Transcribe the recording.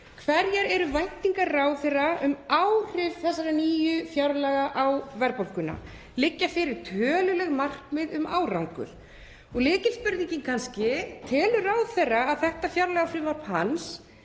Hverjar eru væntingar ráðherra um áhrif þessara nýju fjárlaga á verðbólguna? Liggja fyrir töluleg markmið um árangur? Lykilspurningin er kannski: Telur ráðherra að þetta fjárlagafrumvarp hans